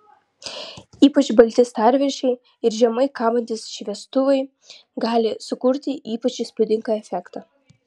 ypač balti stalviršiai ir žemai kabantys šviestuvai gali sukurti ypač įspūdingą efektą